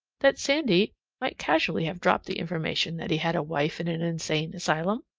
that sandy might casually have dropped the information that he had a wife in an insane asylum.